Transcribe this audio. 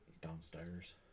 downstairs